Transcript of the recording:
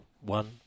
one